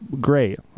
great